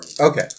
Okay